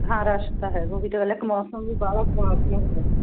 ਹਾਂ ਰਸ਼ ਤਾਂ ਹੈਗਾ ਉਹ ਹੀ ਤਾਂ ਗੱਲ ਹੈ ਇਕ ਮੌਸਮ ਵੀ ਬਾਹਲਾ ਖ਼ਰਾਬ ਜਿਹਾ ਹੋਇਆ ਪਿਆ